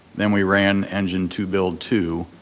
then we ran engine two, build two,